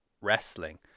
Wrestling